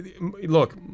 look